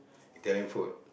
Italian food